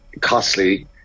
Costly